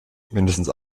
mindestens